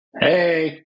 Hey